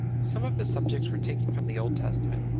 some of the subjects were taken from the old testament,